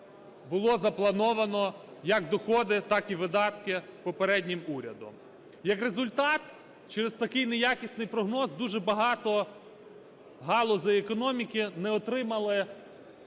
було заплановано як доходи, так і видатки попереднім урядом. Як результат через такий неякісний прогноз дуже багато галузей економіки не отримали